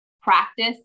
practice